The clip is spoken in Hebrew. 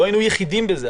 לא היינו יחידים בזה,